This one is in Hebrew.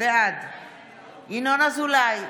בעד ינון אזולאי,